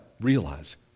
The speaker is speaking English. realize